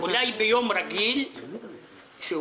אולי ביום רגיל זה